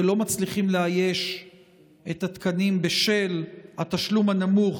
כי לא מצליחים לאייש את התקנים בשל התשלום הנמוך,